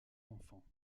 enfants